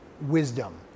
wisdom